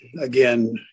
again